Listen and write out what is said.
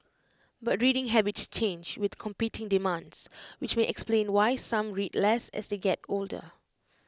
but reading habits change with competing demands which may explain why some read less as they get older